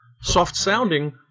soft-sounding